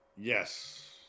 Yes